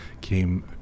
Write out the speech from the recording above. Came